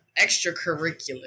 Extracurricular